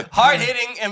hard-hitting